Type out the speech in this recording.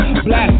Black